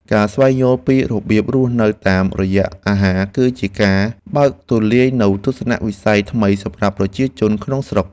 ការស្វែងយល់ពីរបៀបរស់នៅតាមរយៈអាហារ គឺជាការបើកទូលាយនូវទស្សនវិស័យថ្មីសម្រាប់ប្រជាជនក្នុងស្រុក។